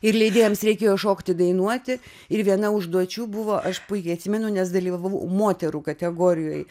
ir leidėjams reikėjo šokti dainuoti ir viena užduočių buvo aš puikiai atsimenu nes dalyvavau moterų kategorijoj